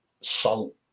salt